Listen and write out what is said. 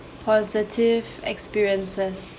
positive experiences